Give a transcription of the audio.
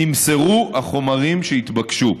נמסרו החומרים שהתבקשו.